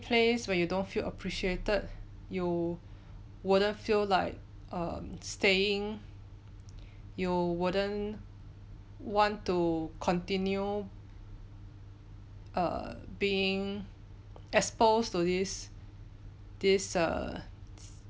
place when you don't feel appreciated you wouldn't feel like um staying you wouldn't want to continue err being exposed to this